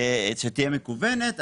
שתהיה מקוונת,